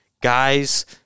guys